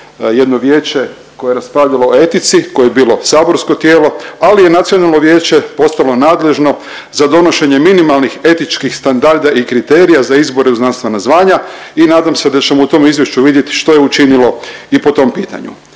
jedno vijeće koje je raspravljalo o etici, koje je bilo saborsko tijelo, ali je nacionalno vijeće postalo nadležno za donošenje minimalnih etičkih standarda i kriterija za izbor na znanstvena zvanja i nadam se da ćemo u tom izvješću vidjeti što je učinilo i po tom pitanju.